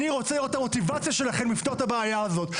אני רוצה לראות את המוטיבציה שלכם לפתור את הבעיה הזו,